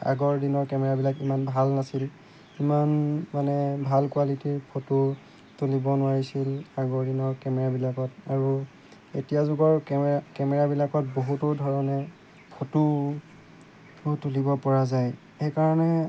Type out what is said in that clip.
আগৰ দিনৰ কেমেৰাবিলাক ইমান ভাল নাছিল ইমান মানে ভাল কোৱালিটিৰ ফটো তুলিব নোৱাৰিছিল আগৰ দিনৰ কেমেৰাবিলাকত আৰু এতিয়া যুগৰ কেমেৰা কেমেৰাবিলাকত বহুতো ধৰণে ফটো তুলিব পৰা যায় সেইকাৰণে